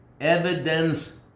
evidence